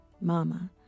mama